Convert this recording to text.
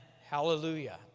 Hallelujah